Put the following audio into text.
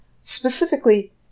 Specifically